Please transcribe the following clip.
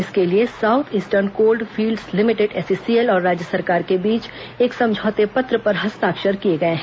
इसके लिए South Eastern Coalfields Limited SECL और राज्य सरकार के बीच एक समझौते पत्र पर हस्ताक्षर किए गए हैं